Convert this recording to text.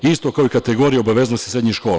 Isto kao i kategorija obaveznosti srednjih škola.